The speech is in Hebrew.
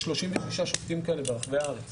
יש לו 36 שופטים כאלה ברחבי הארץ.